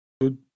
good